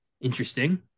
interesting